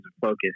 focus